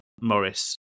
Morris